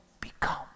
become